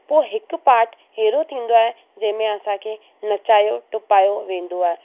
पोइ हिकु पार्ट अहिड़ो थींदो आहे जंहिं में असां खे नचायो टुपायो वेंदो आहे